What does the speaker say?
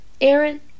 Aaron